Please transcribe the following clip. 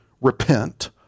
repent